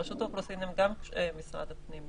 רשות האוכלוסין הם גם משרד הפנים.